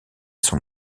son